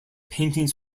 paintings